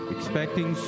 Expecting